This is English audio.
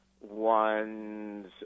one's